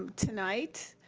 tonight,